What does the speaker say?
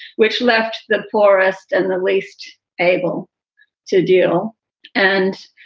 which left the poorest and the least able to do and